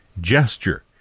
gesture